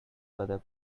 further